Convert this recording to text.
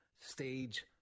stage